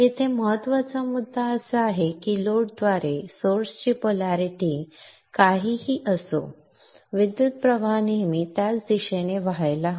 येथे महत्त्वाचा मुद्दा असा आहे की लोडद्वारे सोर्स ची पोलारिटी काहीही असो विद्युत प्रवाह नेहमी त्याच डायरेक्शन ने वाहायला हवा